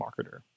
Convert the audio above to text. marketer